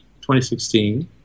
2016